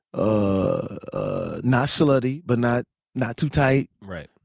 ah not slutty, but not not too tight. right,